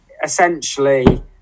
Essentially